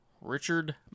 Richard